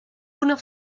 una